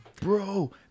Bro